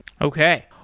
Okay